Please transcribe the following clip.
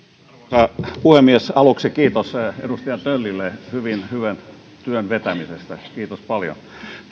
arvoisa puhemies aluksi kiitos edustaja töllille hyvän työn vetämisestä kiitos paljon